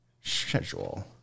Schedule